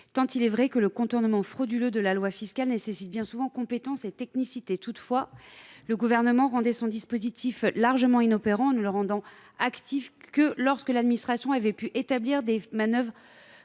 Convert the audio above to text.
tant il est vrai que le contournement frauduleux de la loi fiscale nécessite bien souvent compétence et technicité. Toutefois, à cette époque, le Gouvernement rendait son dispositif largement inopérant en ne le rendant actif que lorsque l’administration pouvait établir des manœuvres